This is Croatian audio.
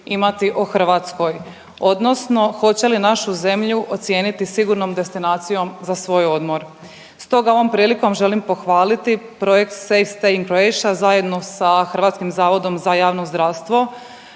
imati o Hrvatskoj odnosno hoće li našu zemlju ocijeniti sigurnom destinacijom za svoj odmor. Stoga ovom prilikom želim pohvaliti projekt „Safe stay in Croatia“ zajedno sa HZJZ-om po čijim je podacima